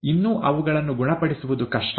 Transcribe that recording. ಇನ್ನೂ ಅವುಗಳನ್ನು ಗುಣಪಡಿಸುವುದು ಕಷ್ಟ